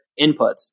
inputs